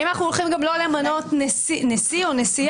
האם אנחנו הולכים גם לא למנות נשיא או נשיאה?